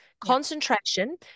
concentration